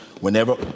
whenever